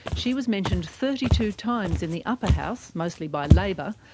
she was mentioned thirty two times in the upper house, mostly by labor,